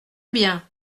bien